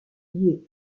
liée